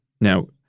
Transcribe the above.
Now